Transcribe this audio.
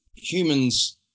humans